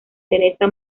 teresa